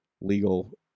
legal